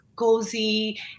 cozy